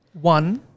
one